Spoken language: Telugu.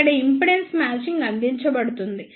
ఇక్కడ ఇంపెడెన్స్ మ్యాచింగ్ అందించబడుతుంది